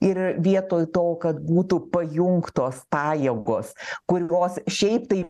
ir vietoj to kad būtų pajungtos pajėgos kurios šiaip tai